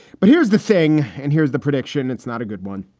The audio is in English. but here's the thing, and here's the prediction. it's not a good one.